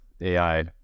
AI